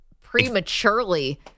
prematurely